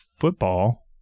football